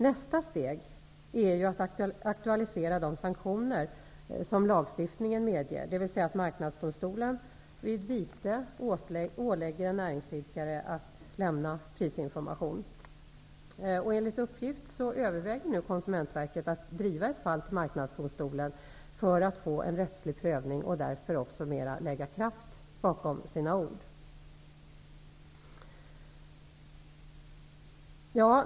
Nästa steg är att aktualisera de sanktioner som lagstiftningen medger, dvs. att Marknadsdomstolen vid vite ålägger näringsidkare att lämna prisinformation. Enligt uppgift överväger Konsumentverket nu att föra ett fall till Marknadsdomstolen för att få en rättslig prövning och därmed kunna lägga mer kraft bakom sina ord.